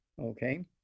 okay